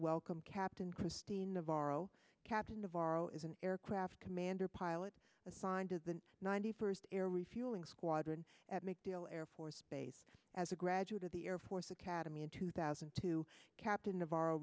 welcome captain kristine navarro captain navarro is an aircraft commander pilot assigned to the ninety first air refueling squadron at macdill air force base as a graduate of the air force academy in two thousand and two captain of o